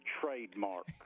trademark